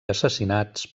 assassinats